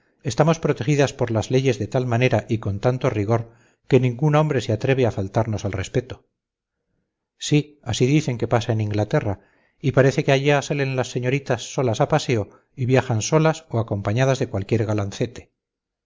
estamos protegidas por las leyes de tal manera y con tanto rigor que ningún hombre se atreve a faltarnos al respeto sí así dicen que pasa en inglaterra y parece que allá salen las señoritas solas a paseo y viajan solas o acompañadas de cualquier galancete